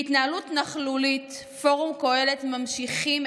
בהתנהלות נכלולית ממשיכים בפורום קהלת את